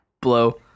Blow